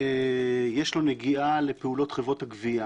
יש לו נגיעה לפעולות חברות הגבייה.